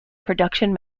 production